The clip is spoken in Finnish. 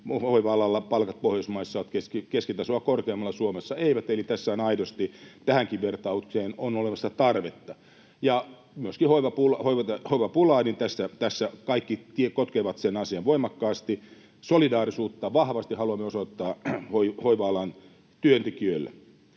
hoiva-alalla palkat ovat Pohjoismaissa keskitasoa korkeammalla, Suomessa eivät. Eli tässä on aidosti tähänkin vertaukseen olemassa tarvetta. Myöskin on hoivapulaa, ja tässä kaikki kokevat sen asian voimakkaasti. Solidaarisuutta vahvasti haluamme osoittaa hoiva-alan työntekijöille.